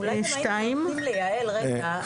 אולי אם היינו נותנים ליעל רגע,